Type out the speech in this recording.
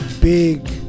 big